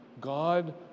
God